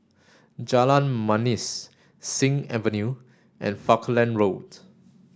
Jalan Manis Sing Avenue and Falkland Road